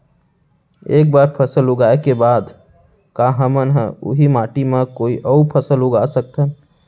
एक बार फसल उगाए के बाद का हमन ह, उही माटी मा कोई अऊ फसल उगा सकथन?